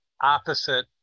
opposite